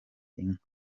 inka